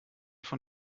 von